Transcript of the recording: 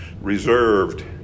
reserved